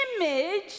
image